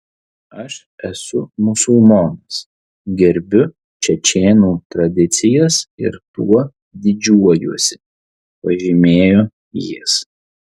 aš esu musulmonas gerbiu čečėnų tradicijas ir tuo didžiuojuosi pažymėjo jis